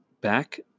back